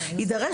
יידרש,